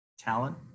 talent